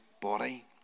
body